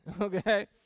Okay